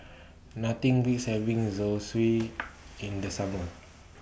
Nothing Beats having Zosui in The Summer